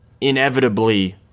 inevitably